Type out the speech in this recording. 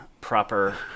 proper